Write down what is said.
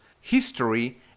history